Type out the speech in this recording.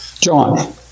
John